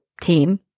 team